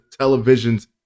televisions